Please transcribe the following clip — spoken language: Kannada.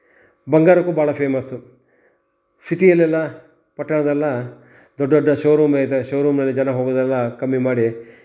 ಬಂಗಾರಕ್ಕೂ ಭಾಳ ಫೇಮಸ್ಸು ಸಿಟಿಯಲ್ಲೆಲ್ಲ ಪಟ್ಟಣದೆಲ್ಲ ದೊಡ್ಡ ದೊಡ್ಡ ಶೋರೂಮೇ ಇದೆ ಶೋರೂಮ್ನಲ್ಲಿ ಜನ ಹೋಗೋದೆಲ್ಲ ಕಮ್ಮಿ ಮಾಡಿ